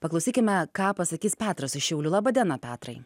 paklausykime ką pasakys petras iš šiaulių laba diena petrai